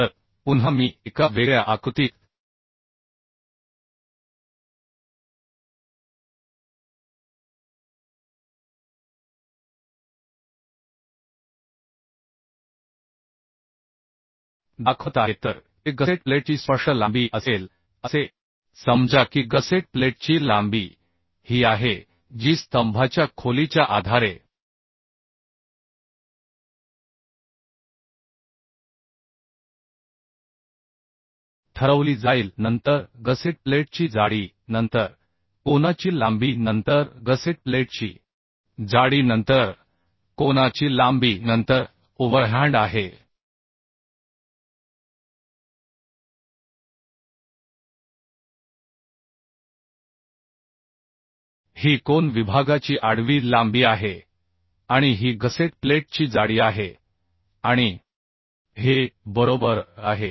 तर पुन्हा मी एका वेगळ्या आकृतीत दाखवत आहे तर ते गसेट प्लेटची स्पष्ट लांबी असेल असे समजा की गसेट प्लेटची लांबी ही आहे जी स्तंभाच्या खोलीच्या आधारे ठरवली जाईल नंतर गसेट प्लेटची जाडी नंतर कोनाची लांबी नंतर गसेट प्लेटची जाडी नंतर कोनाची लांबी नंतर ओव्हरहँड आहे ही कोन विभागाची आडवी लांबी आहे आणि ही गसेट प्लेटची जाडी आहे आणि हे बरोबर आहे